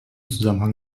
zusammenhang